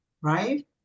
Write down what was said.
right